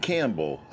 Campbell